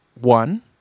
one